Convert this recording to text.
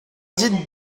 dites